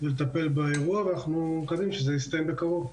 ולטפל באירוע ואנחנו מקווים שזה יסתיים בקרוב.